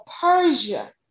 Persia